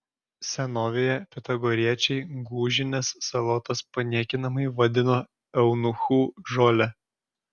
senovėje pitagoriečiai gūžines salotas paniekinamai vadino eunuchų žole